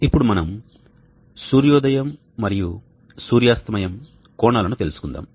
ఇప్పుడు మనం సూర్యోదయం మరియు సూర్యాస్తమయ కోణాలను తెలుసుకుందాం